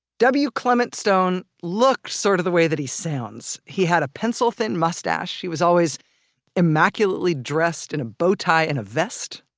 w. clement stone looked sort of the way that he sounds. he had a pencil-thin moustache, he was always immaculately dressed in a bow-tie and a vest,